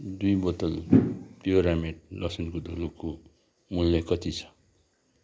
दुई बोतल प्योरामेट लसुनको धुलोको मूल्य कति छ